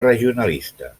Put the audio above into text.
regionalista